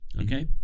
Okay